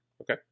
Okay